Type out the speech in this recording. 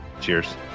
cheers